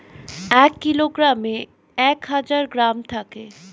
এক কিলোগ্রামে এক হাজার গ্রাম থাকে